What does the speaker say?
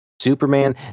Superman